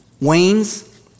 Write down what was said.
wanes